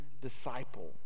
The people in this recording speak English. disciple